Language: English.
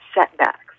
setbacks